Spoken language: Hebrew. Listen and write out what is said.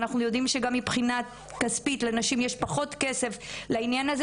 ואנחנו יודעים שגם מבחינה כספית לנשים יש פחות כסף לעניין הזה.